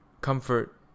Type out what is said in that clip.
comfort